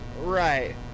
right